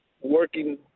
working